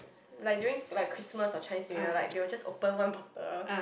like during like Christmas or Chinese New Year like they will just open one bottle